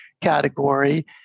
category